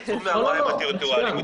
יצאו מהמים הטריטוריאליים.